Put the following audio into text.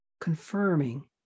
confirming